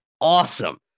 awesome